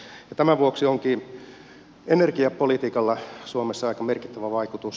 tämän vuoksi onkin energiapolitiikalla suomessa aika merkittävä vaikutus